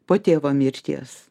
po tėvo mirties